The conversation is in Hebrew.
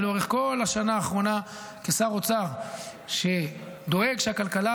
לאורך כל השנה האחרונה אני כשר אוצר שדואג שהכלכלה